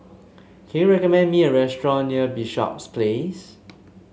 can you recommend me a restaurant near Bishops Place